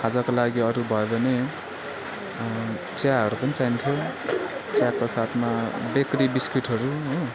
खाजाको लागि अरू भयो भने चियाहरू पनि चाहिन्थ्यो चियाको साथमा बेकरी बिस्किटहरू हो